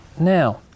Now